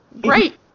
Great